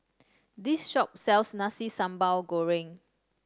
this shop sells Nasi Sambal Goreng